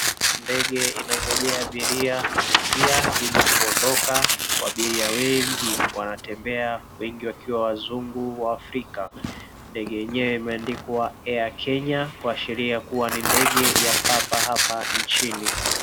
Ndege inagonjea abiria kuingia ili kuonda, wabiria wengi wanatembea wengi wakiwa wazungu wafrika. Ndege yenyewe imeandikwa [cs ] Air Kenya kuashiria kuwa ni ndege papa hapa nchini.